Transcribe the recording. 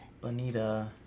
Bonita